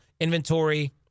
inventory